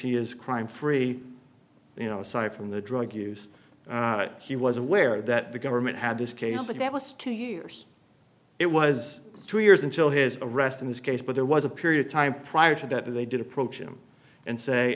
he is crime free you know aside from the drug use he was aware that the government had this case but that was two years it was two years until his arrest in this case but there was a period of time prior to that they did approach him and